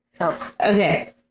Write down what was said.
Okay